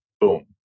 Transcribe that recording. boom